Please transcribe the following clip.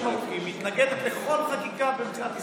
ארוכים מתנגדת לכל חקיקה במדינת ישראל,